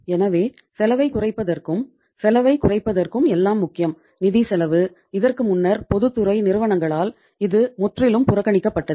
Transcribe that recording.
எனவே செலவைக் குறைப்பதற்கும் செலவைக் குறைப்பதற்கும் எல்லாம் முக்கியம் நிதிச் செலவு இதற்கு முன்னர் பொதுத்துறை நிறுவனங்களால் இது முற்றிலும் புறக்கணிக்கப்பட்டது